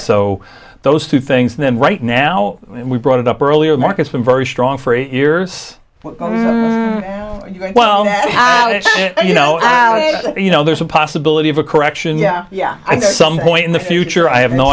so those two things then right now and we brought it up earlier market's been very strong for eight years well you know you know there's a possibility of a correction yeah yeah some point in the future i have no